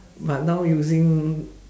but now using